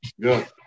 Good